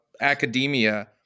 academia